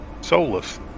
soulless